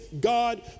God